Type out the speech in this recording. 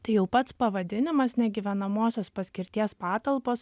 tai jau pats pavadinimas negyvenamosios paskirties patalpos